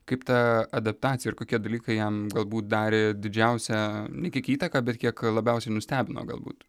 kaip ta adaptacija ir kokie dalykai jam galbūt darė didžiausią ne kiek įtaką bet kiek labiausiai nustebino galbūt